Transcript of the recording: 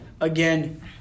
again